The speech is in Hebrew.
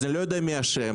אני לא יודע מי אשם,